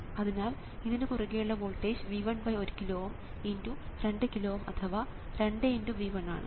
അതിനാൽ ഇതിനു കുറുകെയുള്ള വോൾട്ടേജ് V11 കിലോ Ω × 2 കിലോ Ω അഥവാ 2 × V1 ആണ്